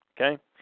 Okay